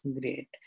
Great